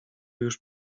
już